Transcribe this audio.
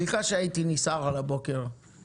השר אלקין, בבקשה.